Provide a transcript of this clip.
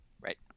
right